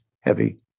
heavy